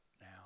now